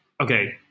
Okay